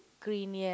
green yeah